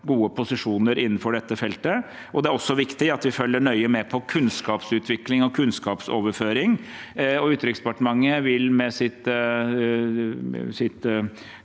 gode posisjoner innenfor dette feltet, og det er også viktig at vi følger nøye med på kunnskapsutvikling og kunnskapsoverføring. Utenriksdepartementet vil med sin